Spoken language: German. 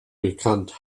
bekannt